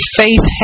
faith